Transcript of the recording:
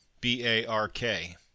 B-A-R-K